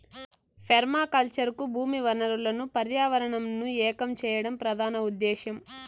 permaculture కు భూమి వనరులను పర్యావరణంను ఏకం చేయడం ప్రధాన ఉదేశ్యం